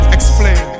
Explain